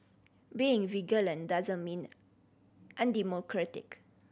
being vigilant doesn't mean undemocratic